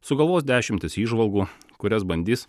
sugalvos dešimtis įžvalgų kurias bandys